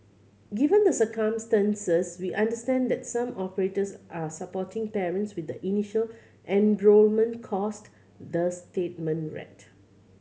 given the circumstances we understand that some operators are supporting parents with the initial enrolment cost the statement read